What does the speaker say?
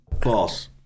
False